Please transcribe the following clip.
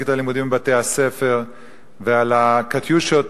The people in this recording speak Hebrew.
את הלימודים בבתי-הספר ועל ה"קטיושות"